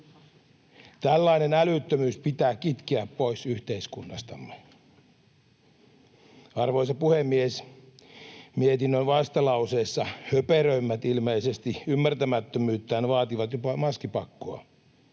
Tällainen älyttömyys pitää kitkeä pois yhteiskunnastamme. Arvoisa puhemies! Mietinnön vastalauseessa höperöimmät ilmeisesti ymmärtämättömyyttään vaativat jopa maskipakkoa.